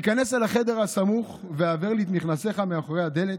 היכנס אל החדר הסמוך והעבר לי את מכנסיך מאחורי הדלת.